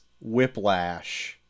Whiplash